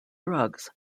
drugs